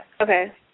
Okay